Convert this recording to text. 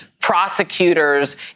prosecutors